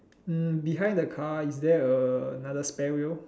mm behind the car is there a another spare wheel